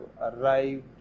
arrived